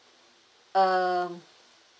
um